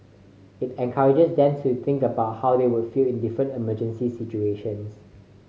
it encourages them to think about how they would feel in different emergency situations